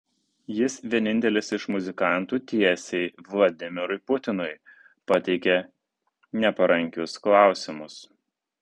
jis vienintelis iš muzikantų tiesiai vladimirui putinui pateikia neparankius klausimus